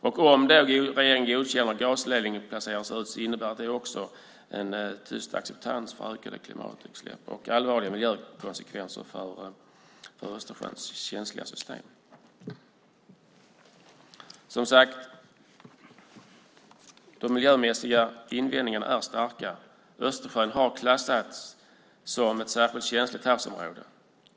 Om regeringen godkänner att gasledningen placeras ut innebär det också en tyst acceptans av ökade klimatutsläpp och allvarliga miljökonsekvenser för Östersjöns känsliga system. Som sagt, de miljömässiga invändningarna är starka. Östersjön har klassats som ett särskilt känsligt havsområde.